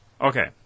okay